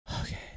Okay